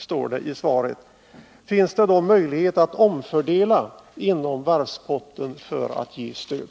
Finns det då någon möjlighet att omfördela inom varvspotten för att ge stöd?